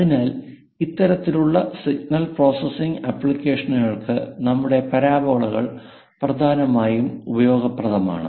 അതിനാൽ ഇത്തരത്തിലുള്ള signal processing ആപ്ലിക്കേഷനുകൾക്ക് നമ്മുടെ പരാബോളകൾ പ്രധാനമായും ഉപയോഗപ്രദമാണ്